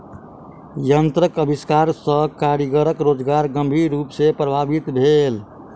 यंत्रक आविष्कार सॅ कारीगरक रोजगार गंभीर रूप सॅ प्रभावित भेल